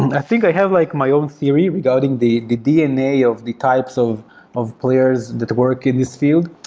i think i have like my own theory regarding the the dna of the types of of players that work in this field.